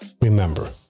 Remember